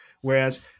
Whereas